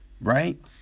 right